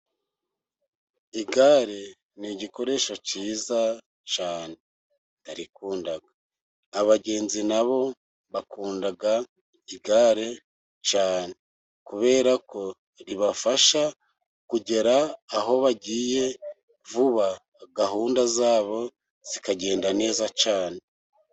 Igare ni gikoresho cyiza cyane, ndarikunda. Abagenzi na bo bakunda igare cyane, kubera ko ribafasha kugera aho bagiye vuba, gahunda za bo zikagenda neza cyane.